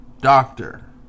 Doctor